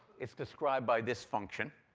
it's described by this function.